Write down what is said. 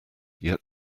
yet